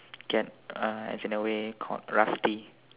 get uh as in a way called rusty